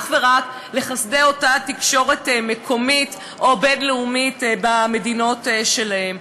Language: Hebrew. נתונים אך ורק לחסדי אותה תקשורת מקומית או בין-לאומית במדינות שלהם.